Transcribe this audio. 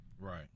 Right